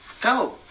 Go